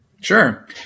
Sure